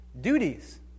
duties